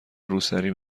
روسری